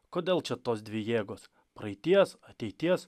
kodėl čia tos dvi jėgos praeities ateities